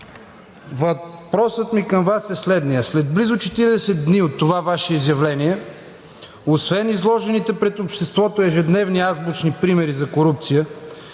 Въпросът ми към Вас е следният след близо 40 дни от това Ваше изявление, освен изложените пред обществото ежедневни азбучни примери за корупция,